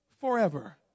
forever